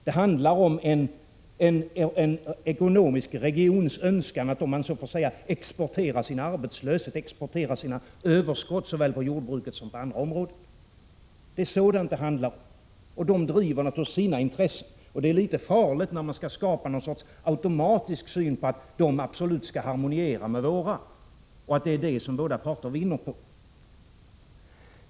Det handlar om en ekonomisk regions önskan att — om jag får uttrycka mig så — exportera sin arbetslöshet och sitt överskott såväl på jordbrukets område som på andra områden. Det är alltså vad det hela handlar om. Den regionen driver naturligtvis sina intressen, och det är litet farligt när man skall skapa något slags automatisk syn som innebär att de absolut skall harmoniera med våra intressen och att det är det som båda parter vinner på.